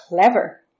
clever